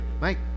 Mike